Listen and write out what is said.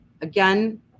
Again